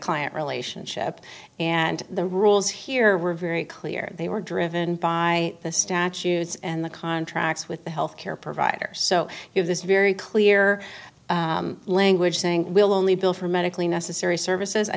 client relationship and the rules here were very clear they were driven by the statutes and the contracts with the health care providers so you have this very clear language saying we'll only bill for medically necessary services i